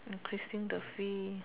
increasing the fee